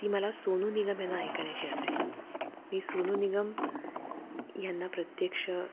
ती मला सोनू निगम ह्यांना ऐकण्याची असेल मी सोनू निगम ह्यांना प्रत्यक्ष